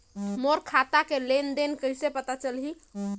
मोर खाता के लेन देन कइसे पता चलही?